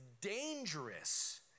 dangerous